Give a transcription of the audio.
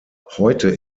heute